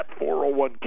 401k